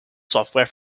software